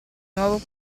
nuovo